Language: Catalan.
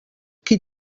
qui